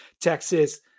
Texas